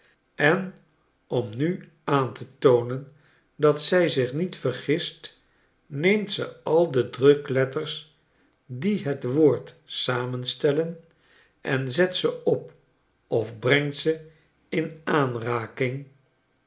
en om nu aan te toonen dat zij zich niet vergist neemt ze al de drukletters die het woord samenstellen en zet ze op of brengt ze in aanraking